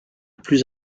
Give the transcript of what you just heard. plus